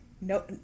no